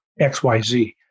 XYZ